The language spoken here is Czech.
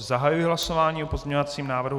Zahajuji hlasování o pozměňovacím návrhu G2.